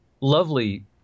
lovely